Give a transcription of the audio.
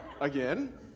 Again